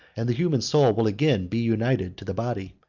and the human soul will again be united to the body.